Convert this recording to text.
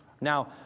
Now